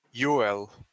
UL